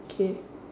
K